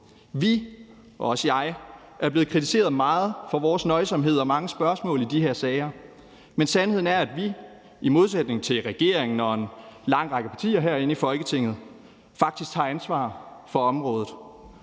er blevet kritiseret meget for vores nøjsomhed og mange spørgsmål i de her sager, men sandheden er, at vi, i modsætning til regeringen og en lang række partier herinde i Folketinget, faktisk tager ansvar for området.